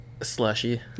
slushy